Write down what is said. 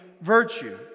virtue